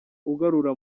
ugarura